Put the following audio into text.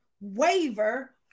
waver